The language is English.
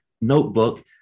notebook